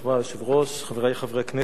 היושב-ראש, חברי חברי הכנסת,